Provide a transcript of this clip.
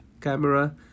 camera